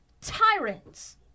tyrants